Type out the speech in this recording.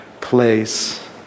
place